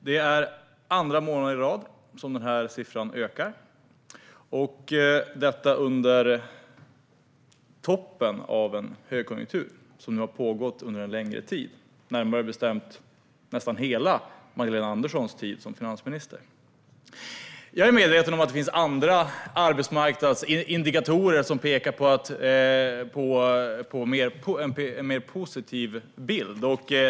Det är andra månaden i rad som siffran stiger, detta på toppen av en högkonjunktur som har pågått under en längre tid, närmare bestämt nästan hela Magdalena Anderssons tid som finansminister. Jag är medveten om att det finns andra arbetsmarknadsindikatorer som pekar på en mer positiv bild.